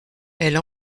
elle